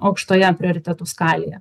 aukštoje prioritetų skalėje